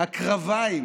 הקרביים